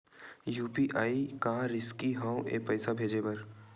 UPI का रिसकी हंव ए पईसा भेजे बर?